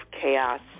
chaos